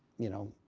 you know,